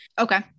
Okay